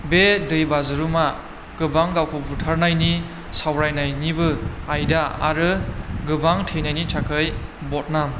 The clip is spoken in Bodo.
बे दैबाज्रुमा गोबां गावखौ बुथारनायनि सावरायनायनिबो आयदा आरो गोबां थैनायनि थाखाय बदनाम